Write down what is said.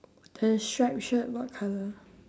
the stripe shirt what colour